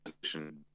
position